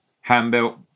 hand-built